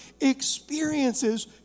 experiences